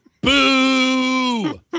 boo